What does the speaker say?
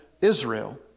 Israel